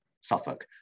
Suffolk